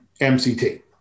MCT